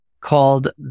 called